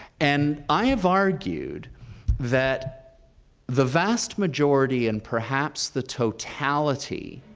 and i have argued that the vast majority, and perhaps the totality,